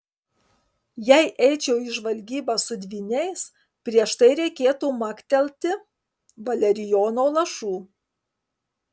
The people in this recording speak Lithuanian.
jei eičiau į žvalgybą su dvyniais prieš tai reikėtų maktelti valerijono lašų